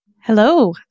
Hello